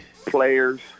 Players